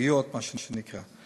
מה שנקרא פגיות.